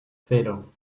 cero